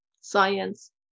science